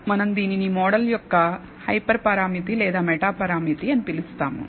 మనం దీనిని మోడల్ యొక్క హైపర్ పరామితి లేదా మెటా పరామితి అని పిలుస్తాము